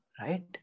right